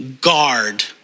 guard